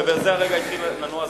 בזה הרגע התחיל לנוע זמנך.